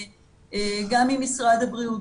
גם ממשרד הבריאות,